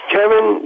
Kevin